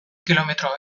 kilometro